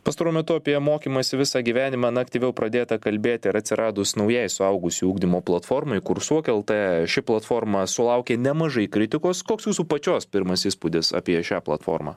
pastaruoju metu apie mokymąsi visą gyvenimą na aktyviau pradėta kalbėti ir atsiradus naujai suaugusių ugdymo platformai kursuok lt ši platforma sulaukė nemažai kritikos koks jūsų pačios pirmas įspūdis apie šią platformą